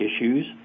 issues